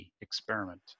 experiment